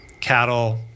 cattle